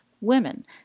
women